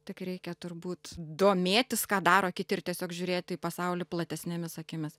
tik reikia turbūt domėtis ką daro kiti ir tiesiog žiūrėti į pasaulį platesnėmis akimis